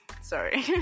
sorry